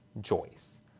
Joyce